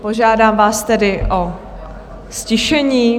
Požádám vás tedy o ztišení.